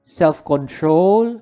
self-control